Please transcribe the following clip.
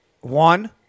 One